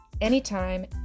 anytime